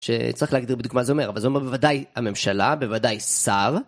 שצריך להגדיר בדיוק מה זה אומר, אבל זה אומר בוודאי הממשלה, בוודאי שר.